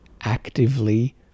actively